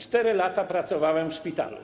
4 lata pracowałem w szpitalu.